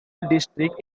districts